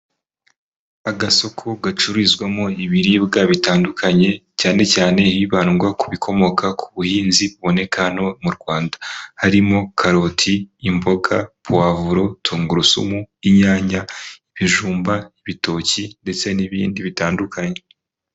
Agasoko gacururizwamo ibiribwa bitandukanye, cyane cyane hibandwa ku bikomoka ku buhinzi buboneka no mu Rwanda, harimo karoti, imboga, pavuro, tungurusumu, inyanya, ibijumba n'ibitoki ndetse n'ibindi bitandukanye.